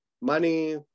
money